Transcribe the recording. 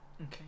Okay